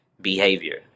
behavior